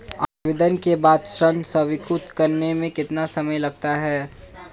आवेदन के बाद ऋण स्वीकृत करने में कितना समय लगता है?